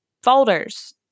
folders